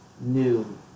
new